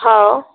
हो